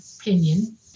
opinion